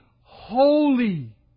holy